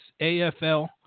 AFL